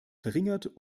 verringert